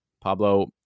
pablo